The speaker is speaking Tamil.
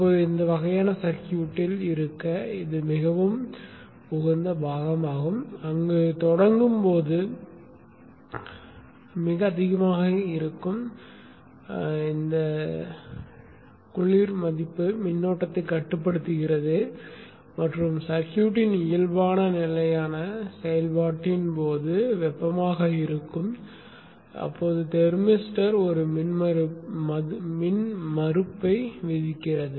இப்போது இந்த வகையான சர்க்யூட்டில் இருக்க இது மிகவும் உகந்த கூறு ஆகும் அங்கு தொடங்கும் போது மிக அதிகமாக இருக்கும் குளிர் மதிப்பு மின்னோட்டத்தை கட்டுப்படுத்துகிறது மற்றும் சர்க்யூட்டின் இயல்பான நிலையான செயல்பாட்டின் போது வெப்பமாக இருக்கும் தெர்மிஸ்டர் ஒரு மின்மறுப்பை விதிக்கிறது